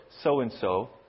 so-and-so